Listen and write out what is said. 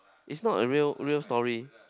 is not a real real story